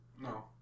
No